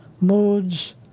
moods